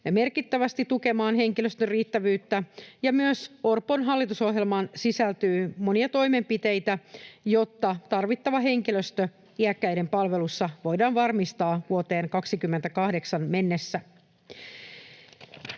merkittävästi tukemaan henkilöstön riittävyyttä, ja myös Orpon hallitusohjelmaan sisältyy monia toimenpiteitä, jotta tarvittava henkilöstö iäkkäiden palvelussa voidaan varmistaa vuoteen 28 mennessä.